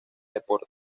deporte